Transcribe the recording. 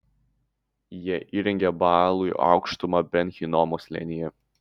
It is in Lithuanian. jie įrengė baalui aukštumą ben hinomo slėnyje